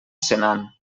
senan